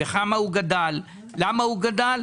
בכמה הוא גדל?